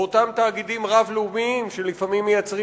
ואותם תאגידים רב-לאומיים שלפעמים מייצרים